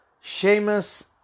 Sheamus